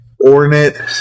ornate